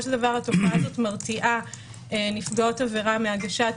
של דבר התופעה זאת מרתיעה נפגעות עבירה מהגשת